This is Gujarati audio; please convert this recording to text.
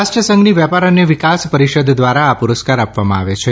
રાષ્ટ્રસંઘની વેપાર અને વિકાસ પરિષદ દ્વારા આ પુરસ્કાર આપવામાં આવે છે